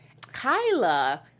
Kyla